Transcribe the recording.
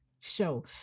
show